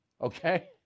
Okay